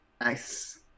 Nice